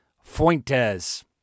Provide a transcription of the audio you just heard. Fuentes